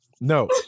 No